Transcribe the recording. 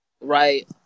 Right